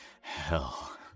hell